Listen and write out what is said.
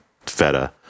feta